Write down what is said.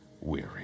weary